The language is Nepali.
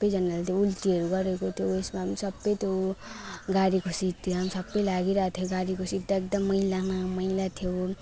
सबजनाले त्यो उल्टीहरू गरेको त्यो उयसमा पनि सबै त्यो गाडीको सिटतिर सबै लागिरहेको थियो गाडीको सिट त एकदम मैला न मैला थियो